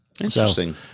Interesting